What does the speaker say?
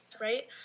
right